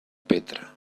petra